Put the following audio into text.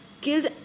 killed